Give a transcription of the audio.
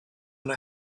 yno